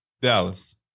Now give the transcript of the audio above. Dallas